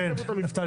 כן, תומר,